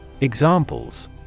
Examples